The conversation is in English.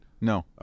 No